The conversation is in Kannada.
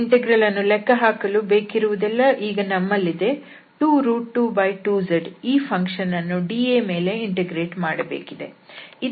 ಈ ಇಂಟೆಗ್ರಲ್ ಅನ್ನು ಲೆಕ್ಕಹಾಕಲು ಬೇಕಿರುವುದೆಲ್ಲ ಈಗ ನಮ್ಮಲ್ಲಿದೆ 222z ಈ ಫಂಕ್ಷನ್ ಅನ್ನು dAಮೇಲೆ ಇಂಟಿಗ್ರೇಟ್ ಮಾಡಬೇಕಿದೆ